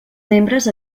membres